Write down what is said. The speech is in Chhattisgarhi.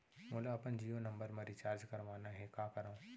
मोला अपन जियो नंबर म रिचार्ज करवाना हे, का करव?